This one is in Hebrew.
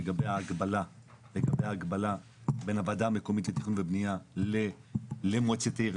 לגבי ההקבלה בין הוועדה המקומית לתכנון ובנייה למועצת עיר,